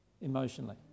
emotionally